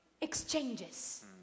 exchanges